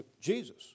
Jesus